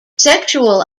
sexual